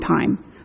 time